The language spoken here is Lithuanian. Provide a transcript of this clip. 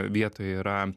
vietoj yra